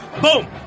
boom